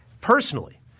Personally